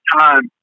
time